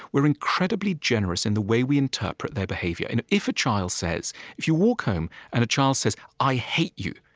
we're incredibly generous in the way we interpret their behavior and if a child says if you walk home, and a child says, i hate you,